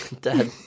dad